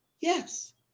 Yes